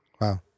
Wow